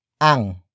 ang